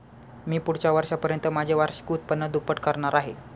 मी पुढच्या वर्षापर्यंत माझे वार्षिक उत्पन्न दुप्पट करणार आहे